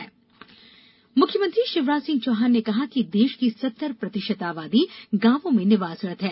CM panchayat अनुदान मुख्यमंत्री शिवराज सिंह चौहान ने कहा है कि देश की सत्तर प्रतिशत आबादी गांवों में निवासरत है